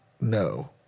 no